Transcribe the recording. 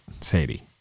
Sadie